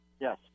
Yes